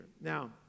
Now